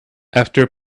after